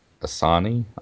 asani